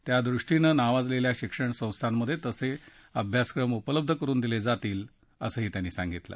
त्यादृष्टीनं नावाजलेल्या शिक्षण संस्थांमधे तसे अभ्यासक्रम उपलब्ध करुन दिले जातील असं त्यांनी सांगितलं